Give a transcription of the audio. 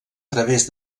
través